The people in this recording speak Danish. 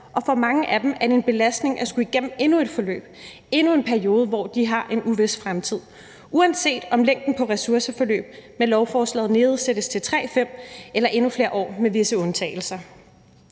og for mange af dem er det en belastning at skulle igennem endnu et forløb, endnu en periode, hvor de har en uvis fremtid, uanset om længden på ressourceforløb med lovforslaget nedsættes til 3 fra 5 år eller med endnu flere år med visse undtagelser.